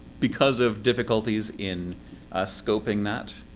because of difficulties in scoping that,